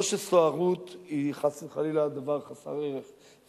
לא שסוהרות היא חס וחלילה דבר חסר ערך,